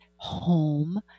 home